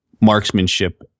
marksmanship